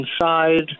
inside